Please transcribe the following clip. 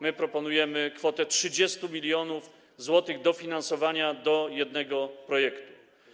My proponujemy kwotę 30 mln zł dofinansowania do jednego projektu.